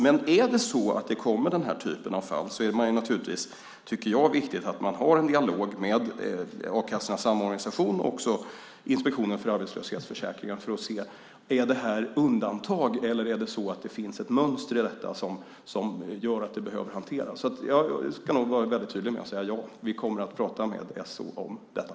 Men om det är så att denna typ av fall uppstår är det naturligtvis viktigt att ha en dialog med Arbetslöshetskassornas Samorganisation och Inspektionen för arbetslöshetsförsäkringen för att se om det är fråga om undantag eller om det finns ett mönster som gör att frågan måste hanteras. Jag ska vara tydlig med att säga att vi kommer att prata med SO om detta.